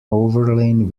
overlain